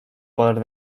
poder